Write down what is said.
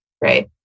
right